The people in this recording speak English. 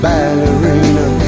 Ballerina